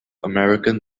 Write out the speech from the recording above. american